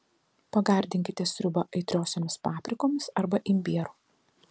pagardinkite sriubą aitriosiomis paprikomis arba imbieru